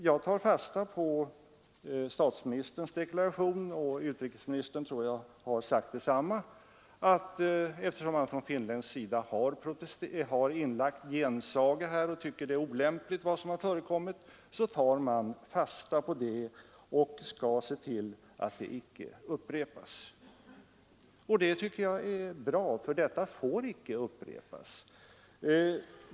Jag tar fasta på statsministerns deklaration — och jag tror att utrikesministern har sagt detsamma — att eftersom man från finländsk sida har inlagt gensaga och tycker att vad som har förekommit är olämpligt, så skall man på svensk sida se till att det icke upprepas. Det tycker jag är bra, för detta får icke upprepas.